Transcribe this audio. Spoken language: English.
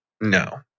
No